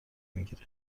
میگیره